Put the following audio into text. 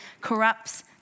corrupts